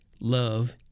love